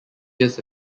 gives